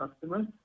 customers